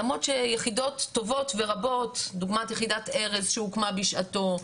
למרות שיחידות טובות ורבות דוגמת יחידת ארז שהוקמה בשעתו,